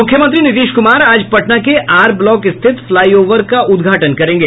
मुख्यमंत्री नीतीश कुमार आज पटना के आर ब्लॉक स्थित फ्लाईओवर का उद्घाटन करेंगे